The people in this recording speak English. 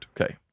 Okay